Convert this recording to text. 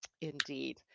Indeed